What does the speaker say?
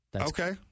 Okay